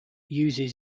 uses